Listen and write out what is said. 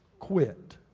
quit.